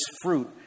fruit